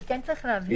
אבל צריך להבין